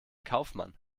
kaufmann